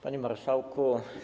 Panie Marszałku!